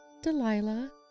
Delilah